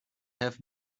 have